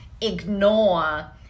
ignore